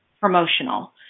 promotional